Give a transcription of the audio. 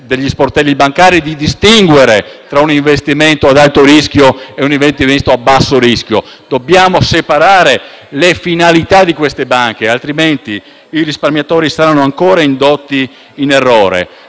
degli sportelli bancari, di distinguere tra un investimento ad alto rischio e uno a basso rischio. Dobbiamo separare le finalità delle banche, altrimenti i risparmiatori saranno ancora indotti in errore.